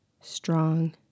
strong